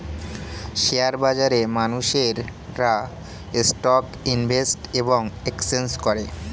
share বাজারে মানুষেরা stock invest এবং এক্সচেঞ্জ করে